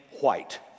white